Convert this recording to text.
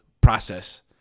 process